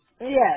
Yes